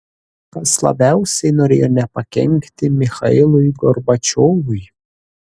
kas labiausiai norėjo nepakenkti michailui gorbačiovui